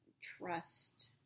trust